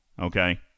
okay